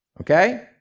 Okay